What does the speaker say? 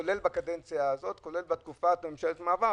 כולל בקדנציה הזאת, כולל בתקופת ממשלת המעבר